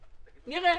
נראה,